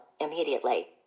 immediately